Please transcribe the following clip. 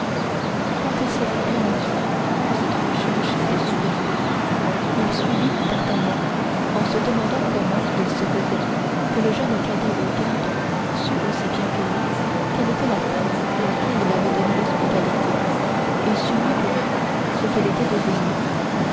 puis quand il se fut bien assuré que cette recherche était superflue il suivit d'artagnan en se demandant comment il se faisait que le jeune cadet aux gardes sût aussi bien que lui quelle était la femme à laquelle il avait donné l'hospitalité et sût mieux que lui ce qu'elle était devenue